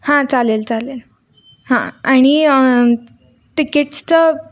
हां चालेल चालेल हां आणि तिकीट्सचं